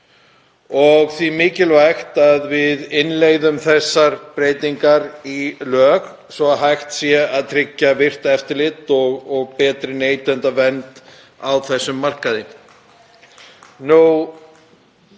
er því mikilvægt að við innleiðum þessar breytingar í lög svo hægt sé að tryggja virkt eftirlit og betri neytendavernd á þessum markaði.